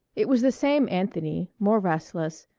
it was the same anthony, more restless,